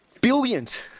billions